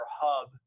hub